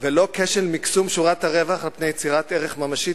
ולא כשל מקסום שורת הרווח על פני יצירת ערך ממשי,